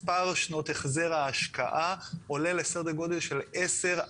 מספר שנות החזר ההשקעה עולה לסדר גודל של עשר,